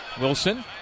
Wilson